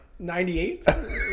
98